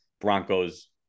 Broncos